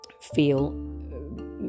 feel